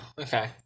Okay